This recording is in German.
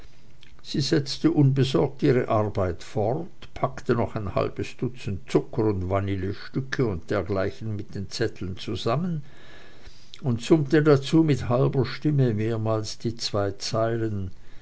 sie setzte unbesorgt ihre arbeit fort packte noch ein halbes dutzend zucker und vanillestücke und dergleichen mit den zetteln zusammen und summte dazu mit halber stimme mehrmals die zwei zeilen